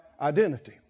identity